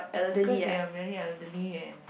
because they are very elderly and